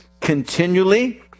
continually